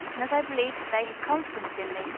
and as i believed that they had confidence in me,